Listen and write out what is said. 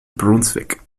brunswick